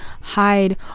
hide